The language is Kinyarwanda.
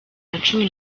nacumi